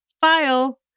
file